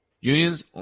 Unions